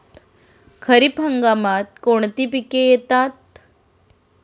खरीप हंगामात कोणती पिके येतात?